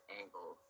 angle